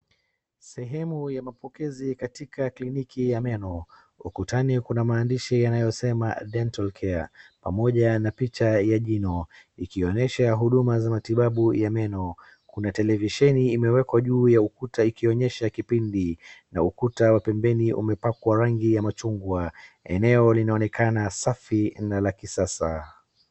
Sehemu ya mapokezi katika kliniki ya meno. Ukutani kuna maandishi yanayosema dental care , pamoja na picha ya jino, ikionyesha huduma za matibabu ya meno. Kuna televisheni imewekwa juu ya ukuta ikionyesha kipindi na ukuta wa pembeni umepakwa rangi ya machungwa. Eneo linaonekana safi na la kisasa.